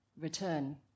return